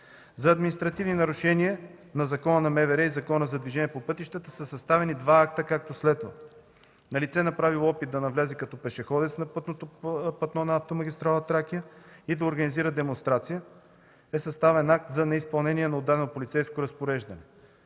За административни нарушения на Закона на МВР и Закона за движение по пътищата са съставени два акта, както следва: на лице, направило опит да навлезе като пешеходец на пътното платно на автомагистрала „Тракия” и да организира демонстрация, е съставен акт за неизпълнения на отдадено полицейско разпореждане;